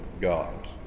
gods